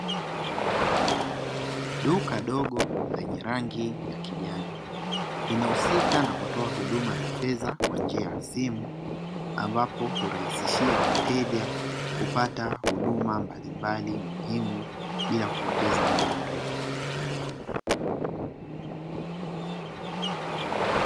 Duka dogo lenye rangi ya kijani linahusika na kutoa huduma ya fedha kwa njia ya simu ambapo hurahisishia wateja kupata huduma mbalimbali muhimu bila kupoteza muda mrefu.